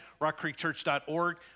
rockcreekchurch.org